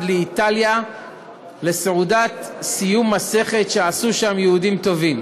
לאיטליה לסעודת סיום מסכת שעשו שם יהודים טובים.